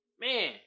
Man